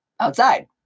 Outside